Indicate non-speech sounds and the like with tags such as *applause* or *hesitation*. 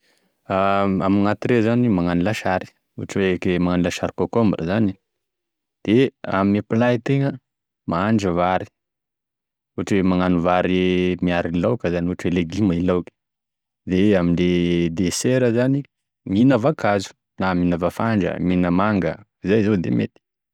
*hesitation* Amy amy gn'entrée zany magnano lasary, ohatra hoe ke- magnano lasary kokombra zany, de ame plat itegna mahandro vary, ohatra hoe magnano vary *hesitation* miaro laoky zany, ohatra hoe legimo i laoky, de amle desera zany mihina vakazo, na mihina vafandra, mihina manga izay zao da mety.